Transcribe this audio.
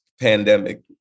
pandemic